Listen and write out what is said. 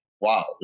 wow